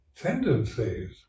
tendencies